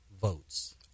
votes